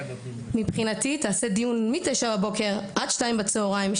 מבחינתי תעשה דיון מתשע בבוקר עד שתיים בצהריים,